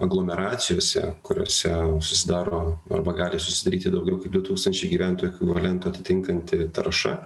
aglomeracijose kuriose susidaro arba gali susidaryti daugiau kaip du tūkstančiai gyventojų ekvivalentą atitinkanti tarša